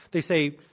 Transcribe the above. they say,